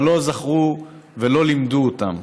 אבל לא זכרו ולא לימדו אותם.